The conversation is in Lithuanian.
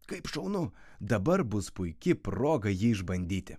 kaip šaunu dabar bus puiki proga jį išbandyti